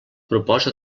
proposa